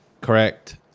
Correct